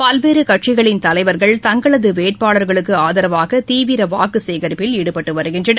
பல்வேறுகட்சிகளின் தலைவர்கள் தங்களதுவேட்பாளர்களுக்குஆதரவாகதீவிரவாக்குசேகரிப்பில் ஈடுபட்டுவருகின்றனர்